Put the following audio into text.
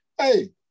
hey